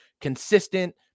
consistent